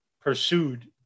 pursued